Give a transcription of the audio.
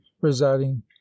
residing